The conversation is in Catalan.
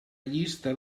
llista